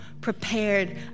prepared